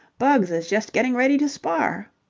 bugs is just getting ready to spar.